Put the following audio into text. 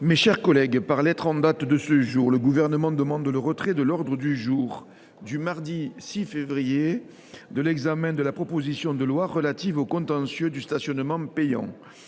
Mes chers collègues, par lettre en date de ce jour, le Gouvernement demande le retrait de l’ordre du jour du mardi 6 février de l’examen de la proposition de loi relative au contentieux du stationnement payant.